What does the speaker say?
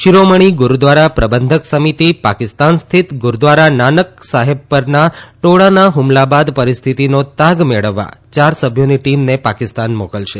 શિરોમણિ Gurdwara Prabandhak Samiti SGPC Pakistan સ્થિત ગુરુદ્વારા નાનકાના સાહિબ પરના ટોળાના ફમલા બાદ પરિસ્થિતિનો તાગ મેળવવા યાર સભ્યોની ટીમને પાકિસ્તાન મોકલશે